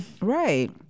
Right